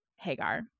Hagar